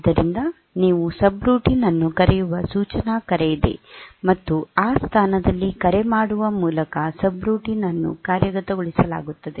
ಆದ್ದರಿಂದ ನೀವು ಸಬ್ರುಟೀನ್ ಅನ್ನು ಕರೆಯುವ ಸೂಚನಾ ಕರೆ ಇದೆ ಮತ್ತು ಆ ಸ್ಥಾನದಲ್ಲಿ ಕರೆ ಮಾಡುವ ಮೂಲಕ ಸಬ್ರುಟೀನ್ ಅನ್ನು ಕಾರ್ಯಗತಗೊಳಿಸಲಾಗುತ್ತದೆ